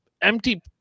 empty –